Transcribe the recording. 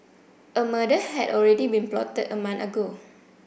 a murder had already been plotted a month ago